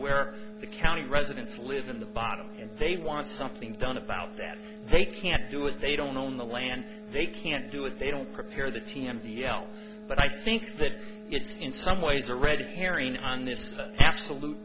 where the county residents live in the bottom and they want something done about that they can't do it they don't own the land they can't do it they don't prepare the t m b else but i think that it's in some ways a red herring on this absolute